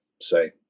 say